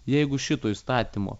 jeigu šito įstatymo